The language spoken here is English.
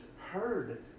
heard